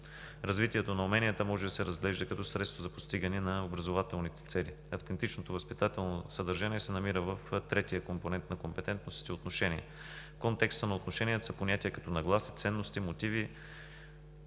развитието на уменията може да се разглежда като средство за постигане на образователните цели. Автентичното възпитателно съдържание се намира в третия компонент на компетентностите – отношения. В контекста на отношенията са понятия като „нагласа“, „ценности“, „мотиви“,